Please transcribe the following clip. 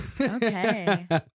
Okay